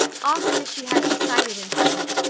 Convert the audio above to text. often as she had recited in public,